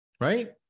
right